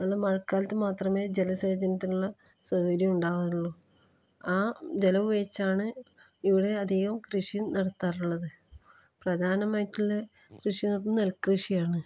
നല്ല മഴക്കാലത്ത് മാത്രമേ ജലസേചനത്തിനുള്ള സൗകര്യം ഉണ്ടാകാറുള്ളൂ ആ ജലം ഉപയോഗിച്ചാണ് ഇവിടെ അധികവും കൃഷി നടത്താറുള്ളത് പ്രധാനമായിട്ടുള്ള കൃഷി നടത്തുന്നത് നെൽക്കൃഷിയാണ്